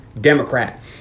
Democrat